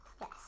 Yes